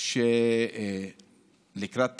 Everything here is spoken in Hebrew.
עכשיו שאנחנו לקראת תקציב,